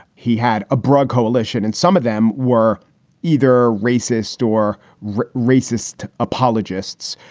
he had a broad coalition and some of them were either racist store racist apologists.